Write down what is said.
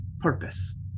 purpose